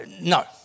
No